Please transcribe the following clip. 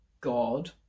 God